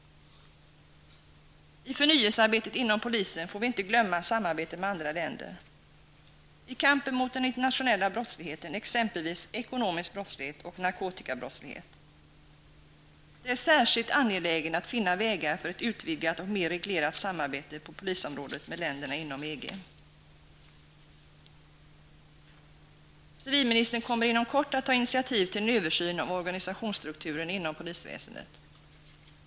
I förnyelsearbetet inom polisen får vi inte glömma samarbetet med andra länder i kampen mot den internationella brottsligheten, exempelvis ekonomisk brottslighet och narkotikabrottslighet. Det är särskilt angeläget att finna vägar för ett utvidgat och mer reglerat samarbete på polisområdet med länderna i EG. Civilministern kommer inom kort att ta initiativ till en översyn av organisationsstrukturen inom polisväsendet.